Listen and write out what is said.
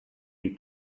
you